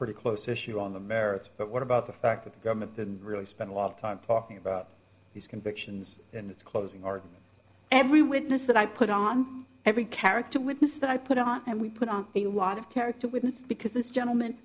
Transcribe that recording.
pretty close issue on the merits but what about the fact that the government didn't really spend a lot of time talking about these convictions and it's closing our every witness that i put on every character witness that i put on and we put on a wad of character witness because this gentleman